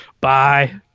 Bye